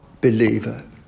believer